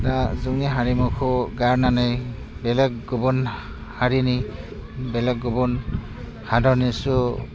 दा जोंनि हारिमुखौ गारनानै बेलेग गुबुन हारिनि बेलेग गुबुन हादरनिसो